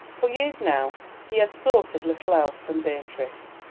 for years now he had thought of little else than beatrice.